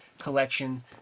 collection